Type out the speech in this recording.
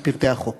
את פרטי החוק.